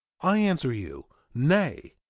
i answer you, nay.